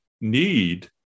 need